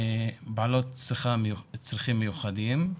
בעלת צרכים מיוחדים.